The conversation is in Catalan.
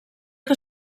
que